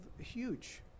huge